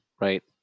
right